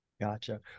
Gotcha